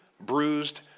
bruised